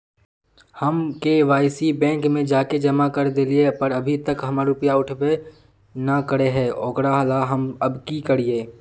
हम KYC bank में जाके जमा कर देलिए पर अभी तक हमर रुपया उठबे न करे है ओकरा ला हम अब की करिए?